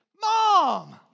Mom